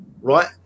right